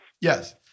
Yes